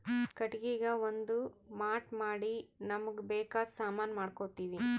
ಕಟ್ಟಿಗಿಗಾ ಒಂದ್ ಮಾಟ್ ಮಾಡಿ ನಮ್ಮ್ಗ್ ಬೇಕಾದ್ ಸಾಮಾನಿ ಮಾಡ್ಕೋತೀವಿ